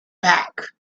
back